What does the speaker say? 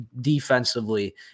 defensively